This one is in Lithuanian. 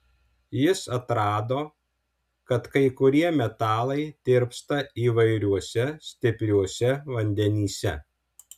jis atrado kad kai kurie metalai tirpsta įvairiuose stipriuose vandenyse